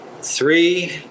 Three